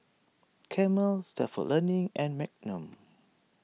Camel Stalford Learning and Magnum